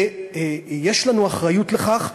ויש לנו אחריות לכך.